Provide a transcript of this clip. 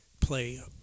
play